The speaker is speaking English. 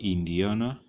Indiana